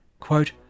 Quote